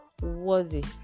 worthy